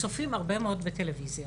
צופים הרבה מאוד בטלוויזיה,